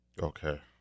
Okay